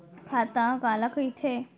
खाता काला कहिथे?